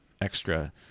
extra